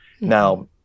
Now